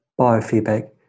biofeedback